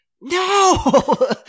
No